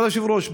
כבוד היושב-ראש,